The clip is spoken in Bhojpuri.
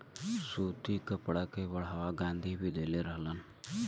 सूती कपड़ा के बढ़ावा गाँधी भी देले रहलन